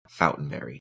Fountainberry